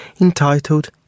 entitled